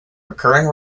recurring